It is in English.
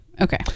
Okay